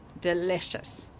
delicious